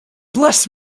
bless